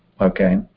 Okay